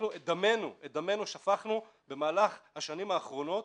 את דמנו שפכנו במהלך השנים האחרונות,